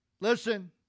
Listen